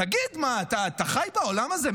תגיד, מה, אתה חי בעולם הזה?